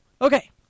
Okay